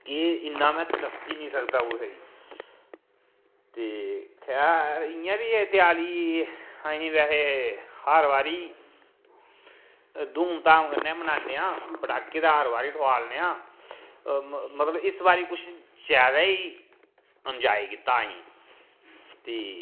कि इ'न्ना में दस्सी निं सकदा कुसै ई ते खैर इ'यां बी देआली अहीं वैसे हर बारी धूमधाम कन्नै मनाने आं पटाके ते हर बारी ठोआलने आं मतलब इस बारी कुछ जादा ई इंजॉय कीता अहीं ते